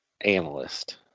analyst